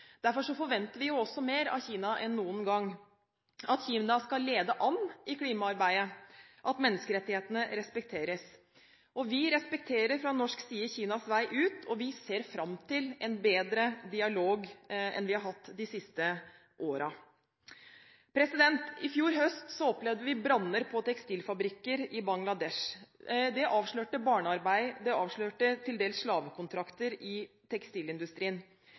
Derfor forventer vi også mer av Kina enn noen gang – at Kina skal lede an i klimaarbeidet, at menneskerettighetene respekteres. Vi respekterer fra norsk side Kinas vei ut, og vi ser fram til en bedre dialog enn vi har hatt de siste årene. I fjor høst opplevde vi branner på tekstilfabrikker i Bangladesh. Det avslørte barnearbeid, det avslørte til dels slavekontrakter i tekstilindustrien.